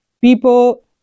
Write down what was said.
People